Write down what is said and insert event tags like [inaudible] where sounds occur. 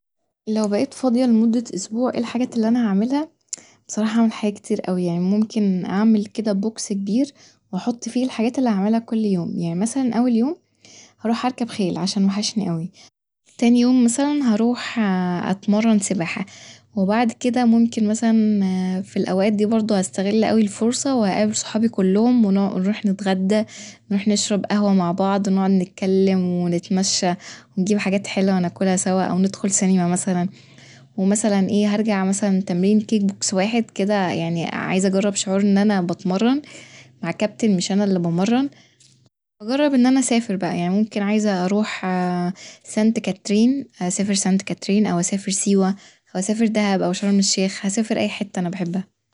لو بقيت فاضية لمدة اسبوع ايه الحاجات اللي أنا هعملها بصراحة هعمل حاجات كتير اوي يعني ممكن أعمل كده بوكس كبير واحط فيه الحاجات اللي هعملها كل يوم يعني مثلا أول يوم ، هروح أركب خيل عشان وحشني أوي ، تاني يوم مثلا هروح [unintelligible] أتمرن سباحة وبعد كده ممكن مثلا [unintelligible] ف الاوقات دي برضه هستغل اوي الفرصة وهقابل صحابي كلهم ون- ونروح نتغدى نروح نشرب قهوة مع بعض نقعد نتكلم ونتمشى و نجيب حاجات حلوة وناكلها سوا او ندخل سينما مثلا ومثلا ايه هرجع مثلا من تمرين كيك بوكس واحد كده يعني عايزه اجرب شعور ان انا بتمرن مع كابتن مش انا اللي بمرن ، هجرب إن أنا اسافر بقى يعني ممكن عايزه [unintelligible] سانت كاترين أسافر سانت كاترين او اسافر سيوة واسافر دهب او شرم الشيخ هسافر اي حتة انا بحبها